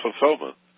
fulfillment